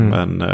Men